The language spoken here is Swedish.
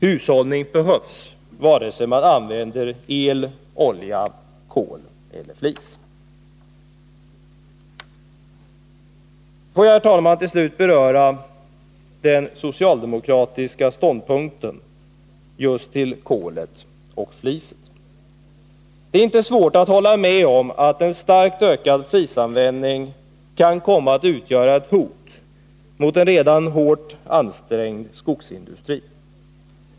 Hushållning behövs, vare sig man använder el, olja, kol eller flis. Får jag, herr talman, till slut beröra den socialdemokratiska ståndpunkten när det gäller just kol och flis. Det är inte svårt att hålla med om att en starkt ökad flisanvändning kan komma att utgöra ett hot mot en redan hårt ansträngd skogsindustri.